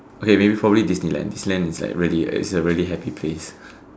okay maybe probably Disneyland Disneyland is really is like a really happy place